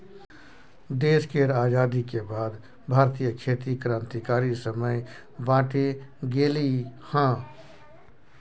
देश केर आजादी के बाद भारतीय खेती क्रांतिकारी समय बाटे गेलइ हँ